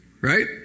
right